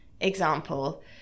example